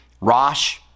Rosh